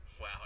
Wow